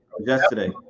Yesterday